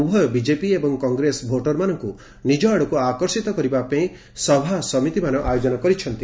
ଉଭୟ ବିଜେପି ଏବଂ କଂଗ୍ରେସ ଭୋଟରମାନଙ୍କୁ ନିଜ ଆଡକୁ ଆକର୍ଷିତ କରିବା ପାଇଁ ସଭା ସମିତିମାନ ଆୟୋଜନ କରିଛନ୍ତି